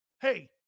Hey